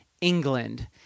England